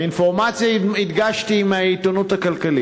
האינפורמציה, הדגשתי, היא מהעיתונות הכלכלית.